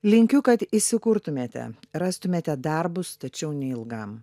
linkiu kad įsikurtumėte rastumėte darbus tačiau neilgam